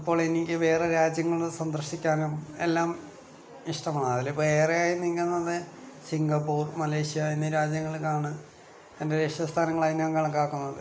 ഇപ്പോളെനിക്ക് വേറെ രാജ്യങ്ങള് സന്ദർശിക്കാനും എല്ലാം ഇഷ്ടമാണ് അതിലിപ്പോൾ ഏറേ സന്ദർശിക്കാം എന്ന് പറഞ്ഞാൽ സിംഗപ്പൂർ മലേഷ്യ എന്നീ രാജ്യങ്ങൾക്കാണ് എൻ്റെ ലക്ഷ്യസ്ഥാനങ്ങളായി ഞാൻ കണക്കാക്കുന്നത്